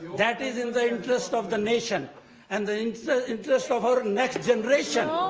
that is in the interest of the nation and the and so interest of our next generation.